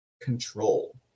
control